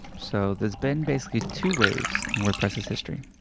so there's been basically two waves in wordpress's history.